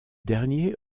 derniers